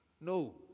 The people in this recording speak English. no